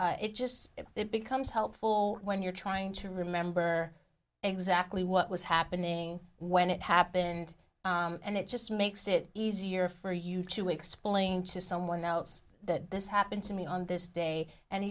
it just it becomes helpful when you're trying to remember exactly what was happening when it happened and it just makes it easier for you to explain to someone else that this happened to me on this day and